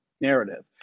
narrative